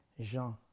Jean